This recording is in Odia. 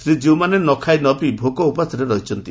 ଶ୍ରୀଜୀଉମାନେ ନ ଖାଇ ନ ପିଇ ଭୋକ ଓପାସରେ ରହିଛନ୍ତି